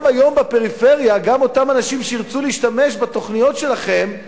גם אותם אנשים שירצו להשתמש בתוכניות שלכם,